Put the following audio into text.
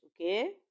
okay